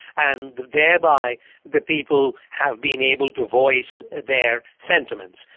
and thereby the people have been able to voice their sentiments.